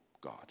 God